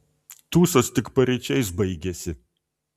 tūsas tik paryčiais baigėsi